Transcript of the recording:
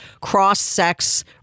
cross-sex